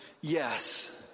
yes